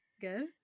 good